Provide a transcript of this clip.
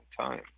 time